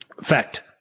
Fact